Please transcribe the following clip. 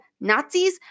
Nazis